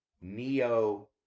Neo